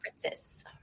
princess